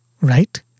right